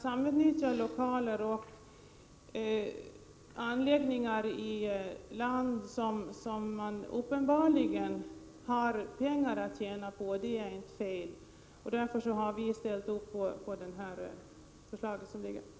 Samutnyttjandet av lokaler och anläggningar på land, som man uppenbarligen kan tjäna pengar på, är inte fel. Därför har vi ställt oss bakom det förslag som föreligger i detta sammanhang.